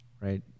right